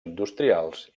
industrials